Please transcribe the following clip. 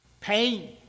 Pain